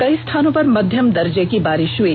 कई स्थानों पर मध्यम दर्जे की बारिष हुई